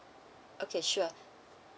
okay sure